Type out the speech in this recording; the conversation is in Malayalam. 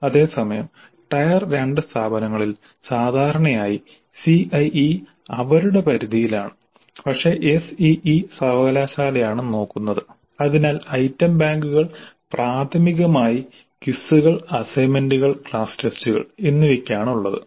അതേസമയം ടയർ 2 സ്ഥാപനങ്ങളിൽ സാധാരണയായി സിഐഇ അവരുടെ പരിധിയിലാണ് പക്ഷേ SEE സർവ്വകലാശാലയാണ് നോക്കുന്നത് അതിനാൽ ഐറ്റം ബാങ്കുകൾ പ്രാഥമികമായി ക്വിസുകൾ അസൈൻമെന്റുകൾ ക്ലാസ് ടെസ്റ്റുകൾ എന്നിവയ്ക്കാണ് ഉള്ളത്